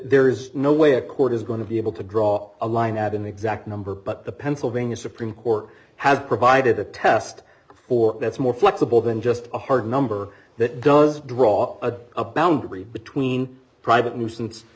there is no way a court is going to be able to draw a line at an exact number but the pennsylvania supreme court has provided a test for that's more flexible than just a hard number that does draw a a boundary between private nuisance